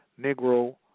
Negro